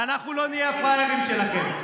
ואנחנו לא נהיה הפראיירים שלכם.